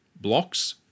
blocks